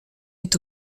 est